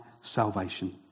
salvation